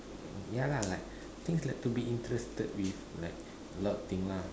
ya lah like things like to be interested with like a lot of things lah